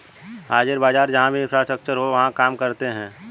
हाजिर बाजार जहां भी इंफ्रास्ट्रक्चर हो वहां काम कर सकते हैं